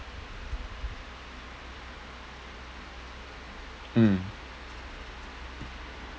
mm